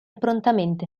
prontamente